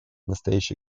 настоящей